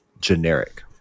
Generic